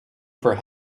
for